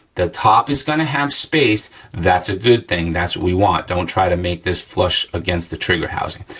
the top is gonna have space, that's a good thing, that's what we want, don't try to make this flush against the trigger housing.